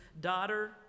daughter